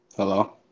Hello